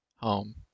home